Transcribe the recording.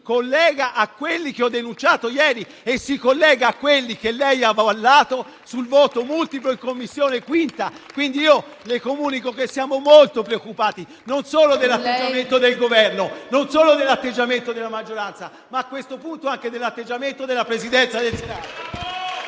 collega a quelli che ho denunciato ieri e si collega a quelli che lei ha avallato sul voto multiplo in 5a Commissione. Quindi, io le comunico che siamo molto preoccupati, non solo dell'atteggiamento del Governo e non solo dell'atteggiamento della maggioranza, ma, a questo punto, anche dell'atteggiamento della Presidenza del Senato!